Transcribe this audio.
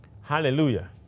Hallelujah